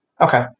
Okay